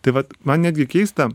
tai vat man netgi keista